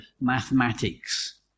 mathematics